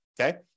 okay